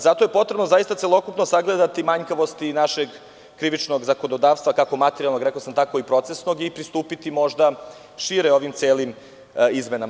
Zato je potrebno celokupno sagledati manjkavosti našeg krivičnog zakonodavstva, kako materijalnog, tako i procesnog i pristupiti možda šire ovim celim izmenama.